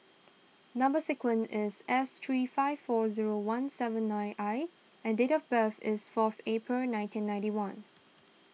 Number Sequence is S three five four zero one seven nine I and date of birth is fourth April nineteen ninety one